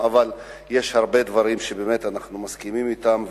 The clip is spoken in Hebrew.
אבל יש הרבה דברים שאנחנו מסכימים עליהם,